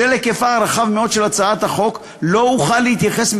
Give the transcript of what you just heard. בשל היקפה הרחב מאוד של הצעת החוק לא אוכל להתייחס,